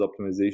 optimization